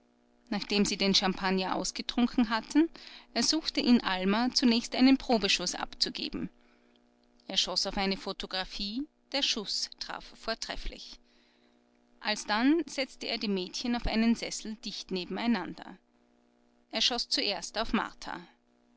nachdem sie den champagner ausgetrunken hatten ersuchte ihn alma zunächst einen probeschuß abzugeben er schoß auf eine photographie der schuß traf vortrefflich alsdann setzte er die mädchen auf einen sessel dicht nebeneinander er schoß zuerst auf martha